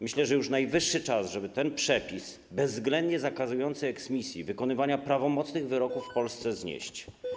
Myślę, że już najwyższy czas, żeby ten przepis bezwzględnie zakazujący eksmisji, wykonywania prawomocnych wyroków w Polsce znieść.